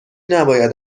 نباید